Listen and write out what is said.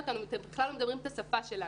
אותם כשאנחנו בכלל לא מדברים את השפה שלהם.